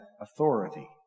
authority